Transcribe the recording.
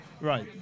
right